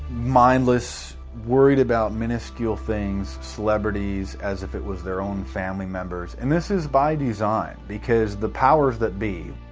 mindless, worried about minuscule things, celebrities, as if it was their own family members. and this is by design because the powers that be,